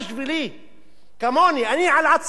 כמוני, אני על עצמי יכול להעיד,